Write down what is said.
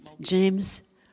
James